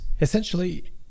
essentially